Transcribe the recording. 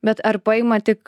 bet ar paima tik